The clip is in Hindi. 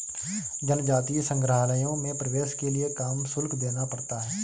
जनजातीय संग्रहालयों में प्रवेश के लिए काम शुल्क देना पड़ता है